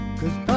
cause